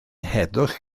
heddwch